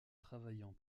travaillant